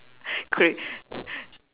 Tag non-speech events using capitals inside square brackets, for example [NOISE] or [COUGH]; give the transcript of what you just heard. [BREATH] cra~